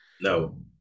no